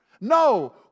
No